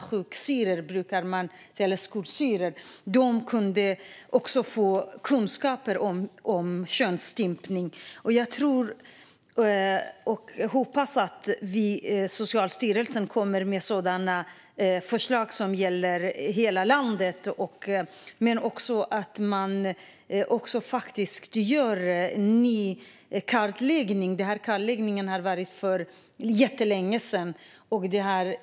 Skolsyrrorna kan också få kunskaper om könsstympning. Jag tror och hoppas att Socialstyrelsen kommer med sådana förslag som gäller hela landet, men också att man gör en ny kartläggning. Den senaste kartläggningen gjordes för jättelänge sedan.